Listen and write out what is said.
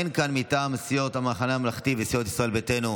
אין כאן מטעם סיעות המחנה הממלכתי וישראל ביתנו,